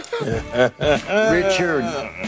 Richard